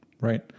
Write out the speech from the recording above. right